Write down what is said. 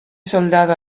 soldado